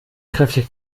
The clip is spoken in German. kräftig